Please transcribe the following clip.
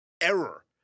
error